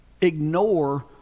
ignore